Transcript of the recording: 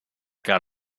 got